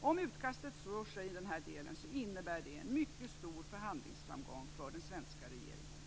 Om utkastet står sig i den här delen innebär det en mycket stor förhandlingsframgång för den svenska regeringen.